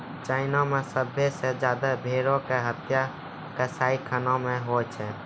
China मे सभ्भे से ज्यादा भेड़ो के हत्या कसाईखाना मे होय छै